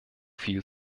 viel